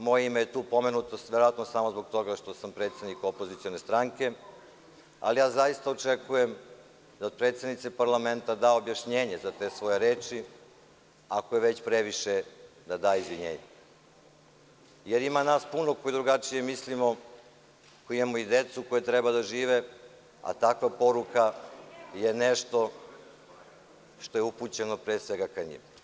Moje ime je tu pomenuto verovatno samo zbog toga što sam predsednik opozicione stranke, ali zaista očekujem od predsednice parlamenta da da obrazloženje za te svoje reči, ako je već previše da da izvinjenje, jer ima nas puno koji drugačije mislimo, koji imamo i decu koja treba da žive, a takva poruka je nešto što je upućeno pre svega ka njima.